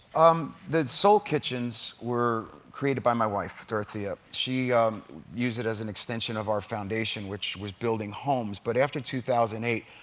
um the soul kitchens were created by my wife, dorothea. she used it as an extension of our foundation, which was building homes. but after two thousand and eight,